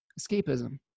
escapism